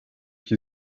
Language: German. die